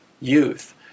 youth